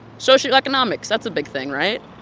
socioeconomics that's a big thing, right?